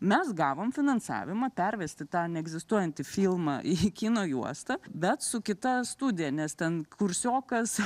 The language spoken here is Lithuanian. mes gavom finansavimą pervesti tą neegzistuojantį filmą į kino juostą bet su kita studija nes ten kursiokas